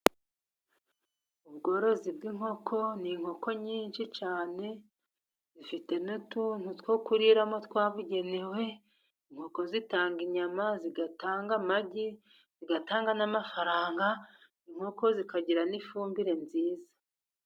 Ubworozi bw'inkoko n'inkoko nyinshi cyane zifite n'utuntu two kuriramo twagenewe, inkoko zitanga inyama, zigatanga amagi, zigatanga n'amafarang. Inkoko zikagira n'ifumbire nziza.